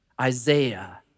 Isaiah